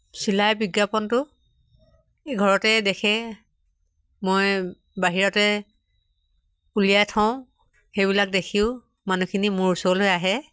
চিলাই বিজ্ঞাপনটো ঘৰতে দেখে মই বাহিৰতে উলিয়াই থওঁ সেইবিলাক দেখিও মানুহখিনি মোৰ ওচৰলৈ আহে